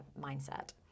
mindset